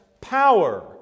power